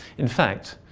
in fact,